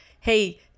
hey